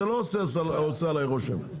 זה לא עושה עליי רושם.